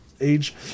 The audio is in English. age